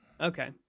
Okay